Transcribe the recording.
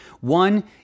One